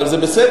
אבל זה בסדר.